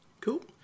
Cool